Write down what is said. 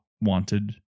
wanted